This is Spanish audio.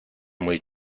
muy